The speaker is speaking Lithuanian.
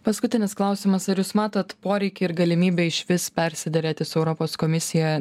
paskutinis klausimas ar jūs matot poreikį ir galimybę išvis persiderėti su europos komisija